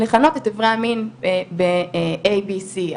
לכנות את אברי המין ב-B C A,